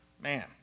Man